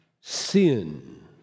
sin